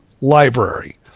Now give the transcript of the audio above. library